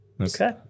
Okay